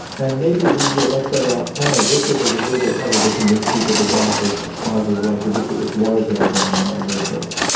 and maybe we'd be a much better off planet if it was a little bit harder to convince people to die for causes like ridiculous wars that are going on all over the place.